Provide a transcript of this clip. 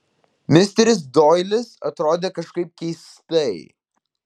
misteris doilis atrodė kažkaip keistai